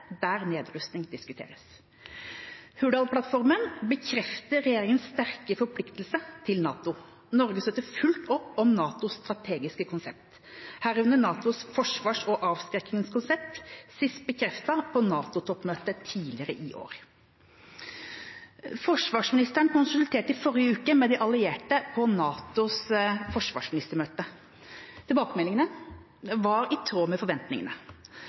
der nedrustning diskuteres. Hurdalsplattformen bekrefter regjeringas sterke forpliktelse til NATO. Norge støtter fullt opp om NATOs strategiske konsept, herunder NATOs forsvars- og avskrekkingskonsept, sist bekreftet på NATO-toppmøtet tidligere i år. Forsvarsministeren konsulterte i forrige uke med de allierte på NATOs forsvarsministermøte. Tilbakemeldingene var i tråd med forventningene.